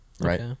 Right